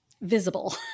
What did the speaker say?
Visible